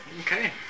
Okay